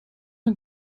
een